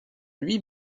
lui